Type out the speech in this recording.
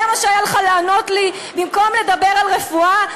זה מה שהיה לך לענות לי, במקום לדבר על רפואה?